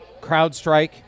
CrowdStrike